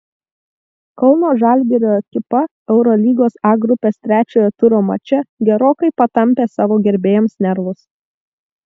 kauno žalgirio ekipa eurolygos a grupės trečiojo turo mače gerokai patampė savo gerbėjams nervus